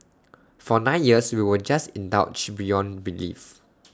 for nine years we were just indulged beyond belief